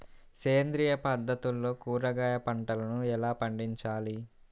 సేంద్రియ పద్ధతుల్లో కూరగాయ పంటలను ఎలా పండించాలి?